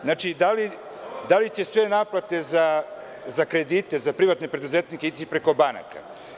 Znači, da li će sve naplate za kredite za privatne preduzetnike ići preko banaka?